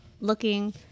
looking